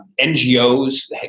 NGOs